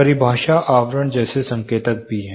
परिभाषा आवरण जैसे संकेतक भी हैं